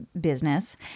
business